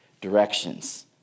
directions